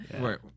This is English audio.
Right